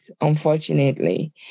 unfortunately